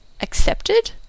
accepted